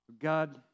God